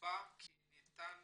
ונקבע כי ניתן